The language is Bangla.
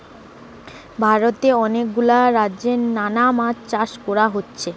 ভারতে অনেক গুলা রাজ্যে নানা মাছ চাষ কোরা হচ্ছে